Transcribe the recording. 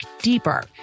deeper